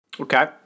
Okay